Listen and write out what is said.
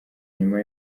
nyuma